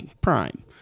prime